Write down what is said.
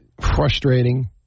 frustrating